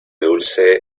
dulce